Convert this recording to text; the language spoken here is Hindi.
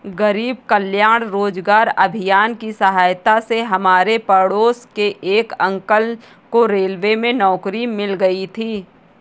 गरीब कल्याण रोजगार अभियान की सहायता से हमारे पड़ोस के एक अंकल को रेलवे में नौकरी मिल गई थी